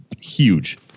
huge